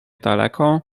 daleką